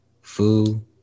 Fu